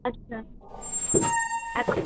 আচ্ছা এখন